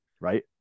right